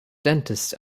dentist